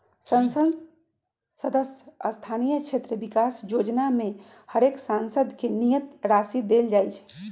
संसद सदस्य स्थानीय क्षेत्र विकास जोजना में हरेक सांसद के नियत राशि देल जाइ छइ